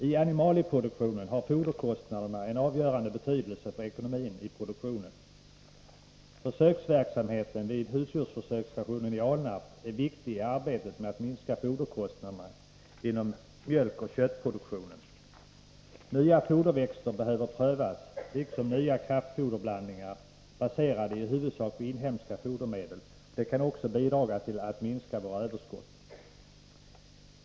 I animalieproduktionen har foderkostnaderna en avgörande betydelse för ekonomin i produktionen. Försöksverksamheten vid husdjursförsöksstationeni Alnarp är viktig i arbetet med att minska foderkostnaderna inom mjölkoch köttproduktionen. Nya foderväxter behöver prövas, liksom nya kraftfoderblandningar, baserade i huvudsak på inhemska fodermedel. Detta kan också bidra till en minskning av överskottet.